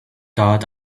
thought